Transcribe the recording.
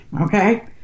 okay